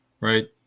Right